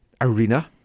Arena